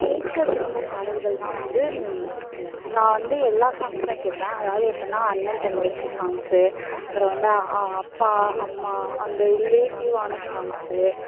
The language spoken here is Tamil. கேட்க விரும்பும் பாடல்கள்ன்னா வந்து நான் வந்து எல்லா சாங்க்ஸ்மே கேட்பேன் அதாவது எப்புடினா அண்ணன் தங்கச்சி சாங்க்ஸ்ஸு அப்புறம் வந்து அ அப்பா அம்மா அந்த ரிலேட்டிவான சாங்க்ஸ்ஸு